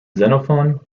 xenophon